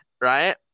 right